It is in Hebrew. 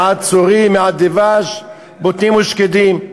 מעט צורי, מעט דבש, בוטנים ושקדים.